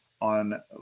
on